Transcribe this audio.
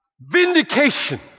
vindication